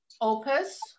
Opus